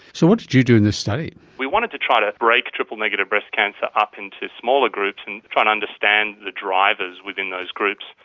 so what did you do in this study? we wanted to try to break triple-negative breast cancer up into smaller groups and try and understand the drivers within those groups.